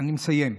אני מסיים.